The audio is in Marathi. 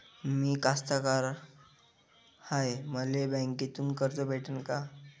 मी कास्तकार हाय, मले बँकेतून कर्ज भेटन का?